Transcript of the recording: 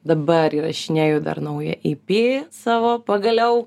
dabar įrašinėju dar naują ei py savo pagaliau